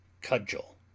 cudgel